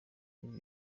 ibi